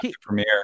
premiere